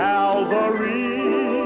Calvary